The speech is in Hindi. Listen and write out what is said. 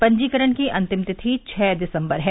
पंजीकरण की अंतिम तिथि छः दिसंबर है